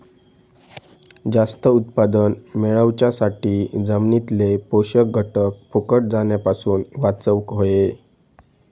जास्त उत्पादन मेळवच्यासाठी जमिनीतले पोषक घटक फुकट जाण्यापासून वाचवक होये